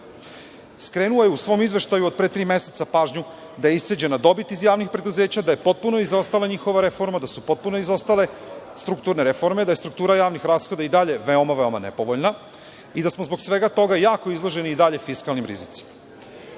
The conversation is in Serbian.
Skrenuo je u svom izveštaju od pre tri meseca pažnju da je isceđena dobit iz javnih preduzeća, da je potpuno izostala njihova reforma, da su potpuno izostale strukturne reforme, da je struktura javnih rashoda i dalje veoma nepovoljna i da smo zbog svega toga jako izloženi i dalje fiskalnim rizicima. Nema